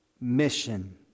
mission